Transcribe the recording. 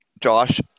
Josh